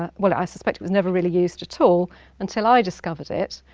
ah well i suspect it was never really used at all until i discovered it,